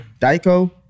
Daiko